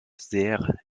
sehr